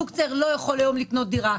זוג צעיר לא יכול היום לקנות דירה,